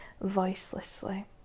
voicelessly